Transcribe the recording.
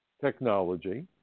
technology